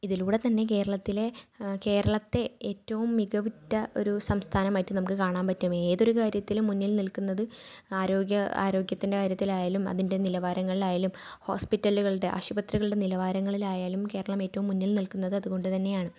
ഇതിലൂടെ തന്നെ കേരളത്തിലെ കേരളത്തെ ഏറ്റവും മികവുറ്റ ഒരു സംസ്ഥാനമാക്കി നമുക്ക് കാണാൻ പറ്റും ഏതൊരു കാര്യത്തിലും മുന്നിൽ നിൽക്കുന്നത് ആരോഗ്യ ആരോഗ്യത്തിൻ്റെ കാര്യത്തിലായാലും അതിൻ്റെ നിലവാരങ്ങളിലായാലും ഹോസ്പിറ്റലുകളുടെ ആശുപത്രികളുടെ നിലവാരങ്ങളിലായാലും കേരളം ഏറ്റവും മുന്നിൽ നിൽക്കുന്നത് അതുകൊണ്ട് തന്നെയാണ്